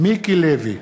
מיקי לוי,